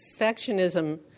perfectionism